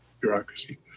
bureaucracy